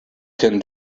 can